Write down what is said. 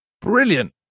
Brilliant